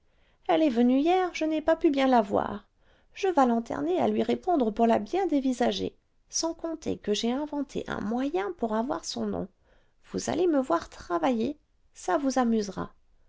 elle est venue hier je n'ai pas pu bien la voir je vas lanterner à lui répondre pour la bien dévisager sans compter que j'ai inventé un moyen pour avoir son nom vous allez me voir travailler ça vous amusera